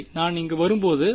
சரி நான் இங்கு வரும்போது